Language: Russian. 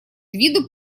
виду